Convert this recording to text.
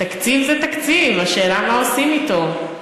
תקציב זה תקציב, השאלה מה עושים אתו.